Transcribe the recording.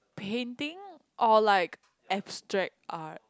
painting or like extract art